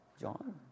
John